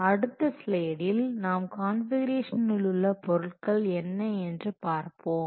அடுத்த ஸ்லைடில் நாம் கான்ஃபிகுரேஷனிலுள்ள பொருட்கள் என்ன என்று பார்ப்போம்